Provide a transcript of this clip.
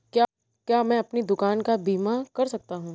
क्या मैं अपनी दुकान का बीमा कर सकता हूँ?